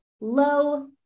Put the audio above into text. low